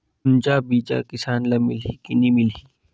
गुनजा बिजा किसान ल मिलही की नी मिलही?